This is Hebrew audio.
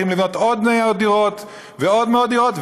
שהולכים לבנות עוד מאות דירות ועוד מאות דירות,